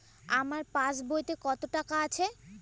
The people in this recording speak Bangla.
আমার পাসবইতে কত টাকা আছে?